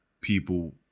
people